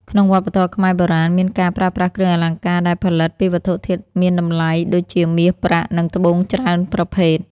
ក្នុងវប្បធម៌ខ្មែរបុរាណ មានការប្រើប្រាស់គ្រឿងអលង្ការដែលផលិតពីវត្ថុធាតុមានតម្លៃដូចជាមាស ប្រាក់ និងត្បូងច្រើនប្រភេទ។